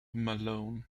malone